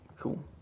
Cool